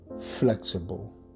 flexible